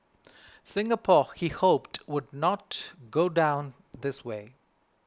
Singapore he hoped would not go down this way